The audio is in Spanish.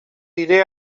iré